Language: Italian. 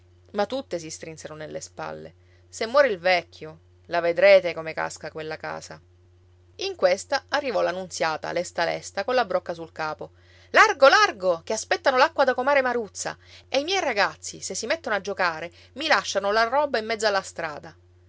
ma tutte si strinsero nelle spalle se muore il vecchio la vedrete come casca quella casa in questa arrivò la nunziata lesta lesta colla brocca sul capo largo largo ché aspettano l'acqua da comare maruzza e i miei ragazzi se si mettono a giocare mi lasciano la roba in mezzo alla strada